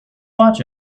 watch